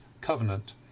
covenant